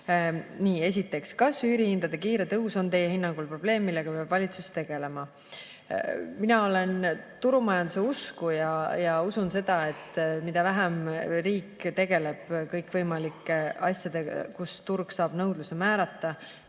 Esiteks: "Kas üürihindade kiire tõus on Teie hinnangul probleem, millega peab valitsus tegelema?" Mina olen turumajanduse usku ja usun seda, et mida vähem riik tegeleb kõikvõimalike asjadega, kus turg saab nõudluse määrata